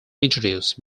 introduced